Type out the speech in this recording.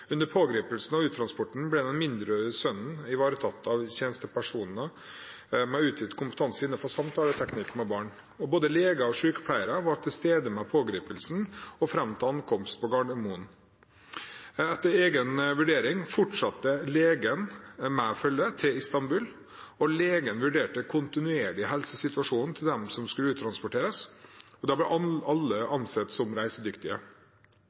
Under pågripelsen og uttransporten ble den mindreårige sønnen ivaretatt av tjenestepersoner med utvidet kompetanse innenfor samtaleteknikk med barn. Både lege og sykepleier var til stede under pågripelsen og fram til ankomst på Gardermoen. Etter egen vurdering fortsatte legen med følget til Istanbul. Legen vurderte kontinuerlig helsesituasjonen til dem som skulle uttransporteres, og da ble alle ansett som